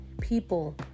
people